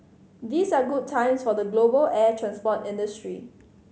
these are good times for the global air transport industry